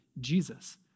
Jesus